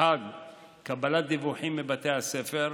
1. קבלת דיווחים מבתי הספר,